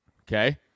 okay